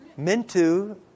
Mintu